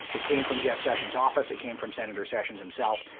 it came from jeff sessions' office. it came from sen. sessions himself,